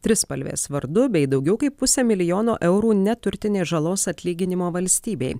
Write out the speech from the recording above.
trispalvės vardu bei daugiau kaip pusę milijono eurų neturtinės žalos atlyginimo valstybei